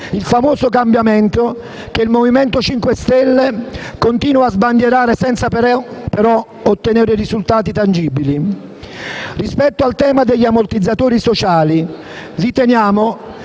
il famoso cambiamento che il MoVimento 5 Stelle continua a sbandierare senza però ottenere risultati tangibili. Rispetto al tema degli ammortizzatori sociali, riteniamo